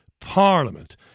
Parliament